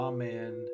Amen